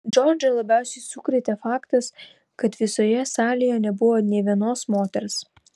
džordžą labiausiai sukrėtė faktas kad visoje salėje nebuvo nė vienos moters